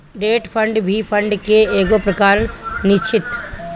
debt fund भी fund के एगो प्रकार निश्चित